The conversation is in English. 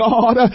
God